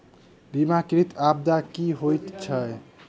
बीमाकृत आपदा की होइत छैक?